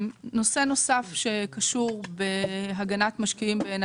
נושא נוסף שקשור בהגנת משקיעים בעיני